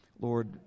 Lord